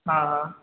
हाँ हाँ